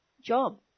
Job